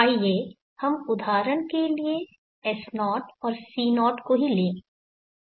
आइए हम उदाहरण के लिए S0 और C0 को ही लें